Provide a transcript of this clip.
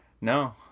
No